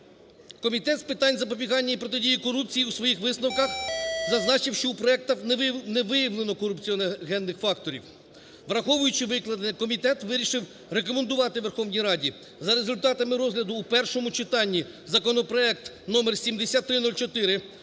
Комітет з питань запобігання і протидії корупції у своїх висновках зазначив, що у проектах не виявлено корупціогенних факторів. Враховуючи викладене, комітет вирішив рекомендувати Верховній Раді за результатами розгляду у першому читанні законопроект № 7304